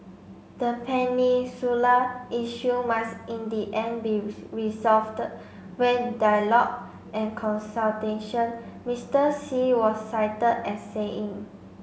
the peninsula issue must in the end be via dialogue and consultation Mister Xi was cited as saying